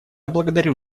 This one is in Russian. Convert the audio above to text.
благодарю